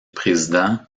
président